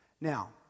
Now